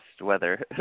weather